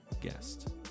guest